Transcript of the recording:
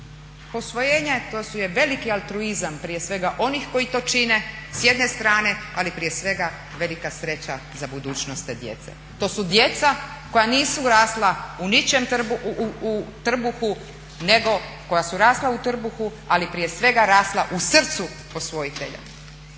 Posvojenje to je veliki altruizam prije svega onih koji to čine s jedne strane, ali prije svega velika sreća za budućnost te djece. To su djeca koja nisu rasla u ničijem trbuhu nego koja su rasla u trbuhu ali prije svega rasla u srcu posvojitelja.